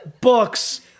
Books